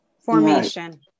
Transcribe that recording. Formation